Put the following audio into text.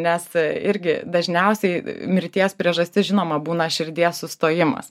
nes irgi dažniausiai mirties priežastis žinoma būna širdies sustojimas